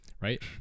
right